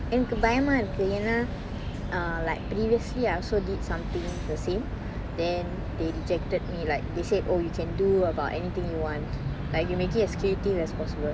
எனக்கு பயமா இருக்கு ஏன்னா:enakku bayama irukku eanna err like previously I also did something the same then they rejected me like they said oh you can do about anything you want like you make it as creative as possible